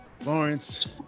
Lawrence